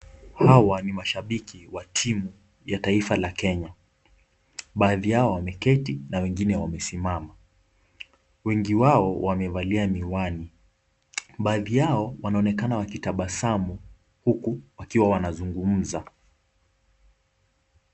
Hawa ni mashabiki wa timu ya taifa la Kenya, baadhi yao wameketi na wengine wamesimama. Wengi wao wamevalia miwani, baadhi yao wanaonekana wakitabasamu huku wakiwa wanazungumza.